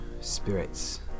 spirits